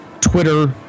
Twitter